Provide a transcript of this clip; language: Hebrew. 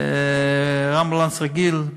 אמבולנס רגיל: